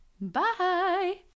bye